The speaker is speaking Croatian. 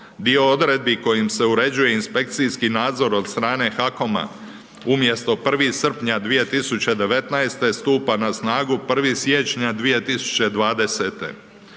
dio odredbi kojim se uređuje inspekcijski nadzor od strane HAKOM-a umjesto 1. srpnja 2019. stupa na snagu 1. siječnja 2020.